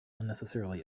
unnecessarily